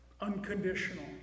Unconditional